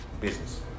Business